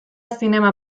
zinema